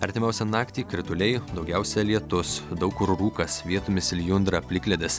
artimiausią naktį krituliai daugiausia lietus daug kur rūkas vietomis lijundra plikledis